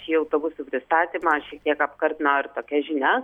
šį autobusų pristatymą šiek tiek apkartino ir tokia žinia